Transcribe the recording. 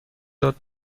داد